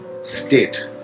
state